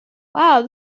wow